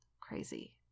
Crazy